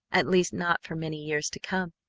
at least not for many years to come,